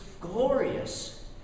glorious